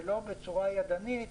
ולא בצורה ידנית